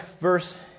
verse